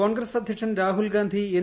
കോൺഗ്രസ് അധ്യക്ഷൻ രാഹുൽ ഗാന്ധി എൻ